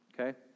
Okay